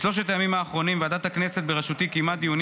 בשלושת הימים האחרונים ועדת הכנסת בראשותי קיימה דיונים